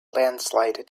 landslide